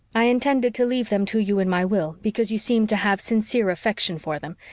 i intended to leave them to you in my will, because you seemed to have sincere affection for them.